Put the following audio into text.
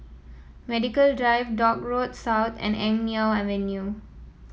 Medical Drive Dock Road South and Eng Neo Avenue